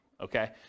okay